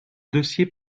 dossier